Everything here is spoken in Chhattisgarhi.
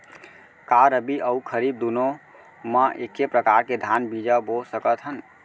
का रबि अऊ खरीफ दूनो मा एक्के प्रकार के धान बीजा बो सकत हन?